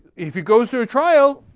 if it goes to a trial,